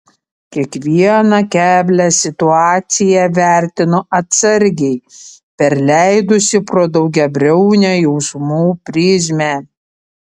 kiekvieną keblią situaciją vertino atsargiai perleidusi pro daugiabriaunę jausmų prizmę